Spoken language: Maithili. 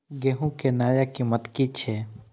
गेहूं के नया कीमत की छे?